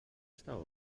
estava